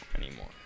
anymore